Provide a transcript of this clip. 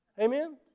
Amen